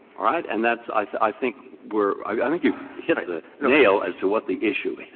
all right? and that's, i think, where i think you hit the nail as to what the issue is.